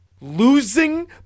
Losing